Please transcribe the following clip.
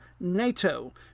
Nato